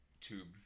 tube